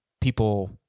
people